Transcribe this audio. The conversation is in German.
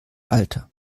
alter